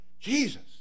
Jesus